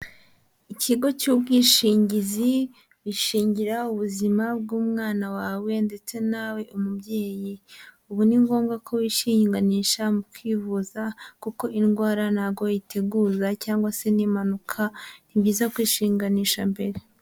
Ikigo cy'ubwishingizi, bishingira ubuzima bw'umwana wawe ndetse nawe umubyeyi. Ubu ni ngombwa kwishinganisha mu kwivuza kuko indwara ntabwo iteguza cyangwa se n'impanuka ni byiza kwishinganisha mbere.